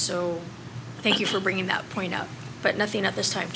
so thank you for bringing that point out but nothing at this time